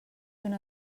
una